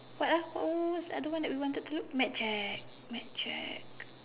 what else what what what's the other one that we wanted to look mad Jack mad Jack